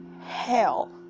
hell